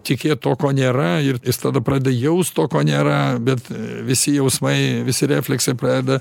tikėt tuo ko nėra ir tada pradeda jaust to ko nėra bet visi jausmai visi refleksai pradeda